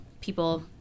people